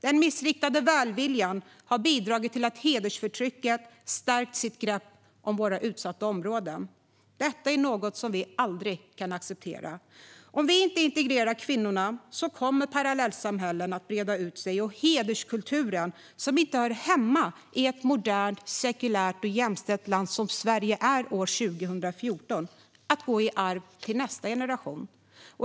Den missriktade välviljan har bidragit till att hedersförtrycket har stärkt sitt grepp om våra utsatta områden. Detta är något som vi aldrig kan acceptera. Om vi inte integrerar kvinnorna kommer parallellsamhällen att breda ut sig och hederskulturen, som inte hör hemma i ett modernt, sekulärt och jämställt land som Sverige är år 2019, att gå i arv till nästa generation.